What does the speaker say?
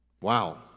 Wow